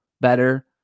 better